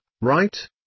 right